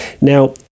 Now